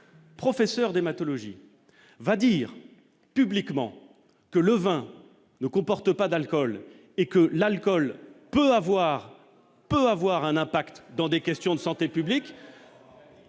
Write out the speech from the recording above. professeur d'hématologie va dire publiquement. Que le vin ne comporte pas d'alcool et que l'alcool peut avoir peut avoir un impact dans des questions de santé publique.